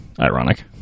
ironic